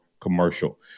commercial